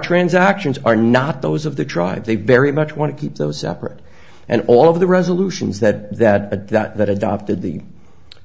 transactions are not those of the drive they very much want to keep those separate and all of the resolutions that that that adopted the